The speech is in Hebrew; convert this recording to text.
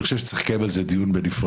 אני חושב שצריך לקיים על זה דיון בנפרד.